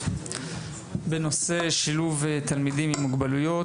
בנושא שילוב תלמידים עם מוגבלויות,